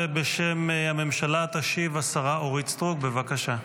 ובשם הממשלה תשיב השרה אורית סטרוק, בבקשה.